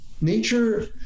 Nature